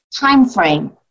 timeframe